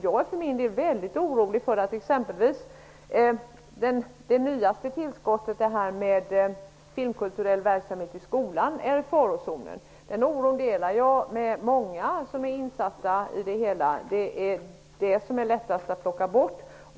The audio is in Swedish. Jag är för min del väldigt orolig för att exempelvis det nyaste tillskottet -- detta med filmkulturell verksamhet i skolan -- är i farozonen. Den oron delar jag med många som är insatta i det hela. Det är den verksamheten som är lättast att plocka bort.